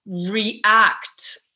react